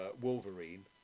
Wolverine